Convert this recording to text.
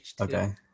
Okay